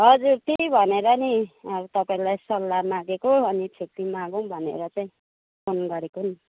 हजुर त्यही भनेर नि हजुर तपाईँलाई सल्लाह मागेको अनि छुट्टी मागौँ भनेर चाहिँ फोन गरेको नि